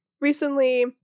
recently